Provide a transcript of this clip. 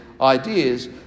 ideas